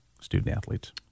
student-athletes